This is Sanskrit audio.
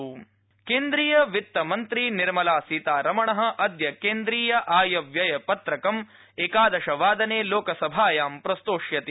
बजट् केन्द्रीय वित्तमन्त्री निर्मला सीतारमण अद्य केन्द्रीय आय व्यय पत्रकं एकादशवादने लोकसभायां प्रस्तोष्यति